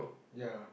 ya